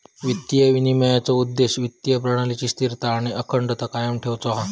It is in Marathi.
वित्तीय विनिमयनाचो उद्देश्य वित्तीय प्रणालीची स्थिरता आणि अखंडता कायम ठेउचो हा